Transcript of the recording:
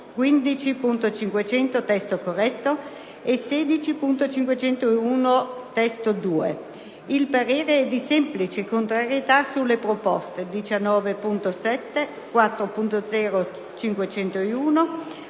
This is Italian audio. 15.500 (testo corretto) e 16.501 (testo 2); il parere è di semplice contrarietà sulle proposte 19.7, 4.0.501,